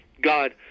God